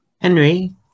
Henry